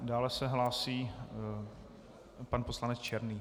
Dále se hlásí pan poslanec Černý.